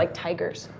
like tigers.